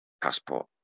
passport